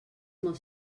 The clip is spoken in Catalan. molt